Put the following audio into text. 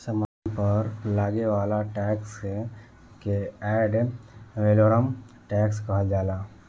सामान पर लागे वाला टैक्स के एड वैलोरम टैक्स कहल जाला